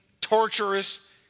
torturous